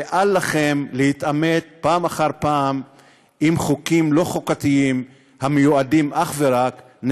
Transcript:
ואל לכם להתעמת פעם אחר פעם עם חוקים לא חוקתיים